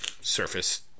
surface